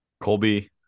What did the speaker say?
Colby